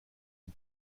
une